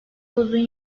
uzun